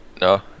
No